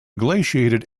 glaciated